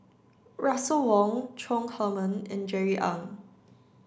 Russel Wong Chong Heman and Jerry Ng